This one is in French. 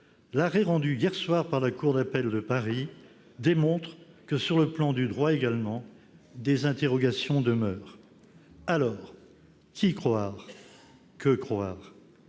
l'arrêt rendu hier soir par la cour d'appel de Paris démontre que, sur le plan du droit également, des interrogations demeurent. Alors, qui croire ? Que croire ?